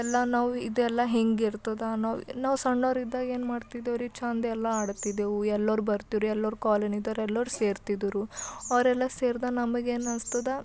ಎಲ್ಲ ನಾವು ಇದೆಲ್ಲ ಹೇಗಿರ್ತದ ನಾವು ನಾವು ಸಣ್ಣವ್ರು ಇದ್ದಾಗ ಏನು ಮಾಡ್ತಿದ್ದೀವ್ರಿ ಚೆಂದ ಎಲ್ಲ ಆಡ್ತಿದ್ದೇವೆ ಎಲ್ಲರೂ ಬರ್ತಿದ್ರು ಎಲ್ಲರೂ ಕಾಲೋನಿದವ್ರು ಎಲ್ಲರೂ ಸೇರ್ತಿದ್ರು ಅವರೆಲ್ಲ ಸೇರಿದ ನಮಗೆ ಏನು ಅನ್ನಿಸ್ತದ